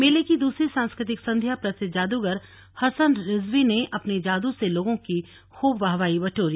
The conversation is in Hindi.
मेले की दूसरी सांस्कृतिक संध्या प्रसिद्व जादूगर हसन रिजवी ने अपने जादू से लोगों की खूब वाहवाही बटोरी